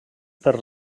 per